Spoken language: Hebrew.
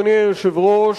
אדוני היושב-ראש,